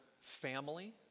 family